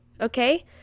okay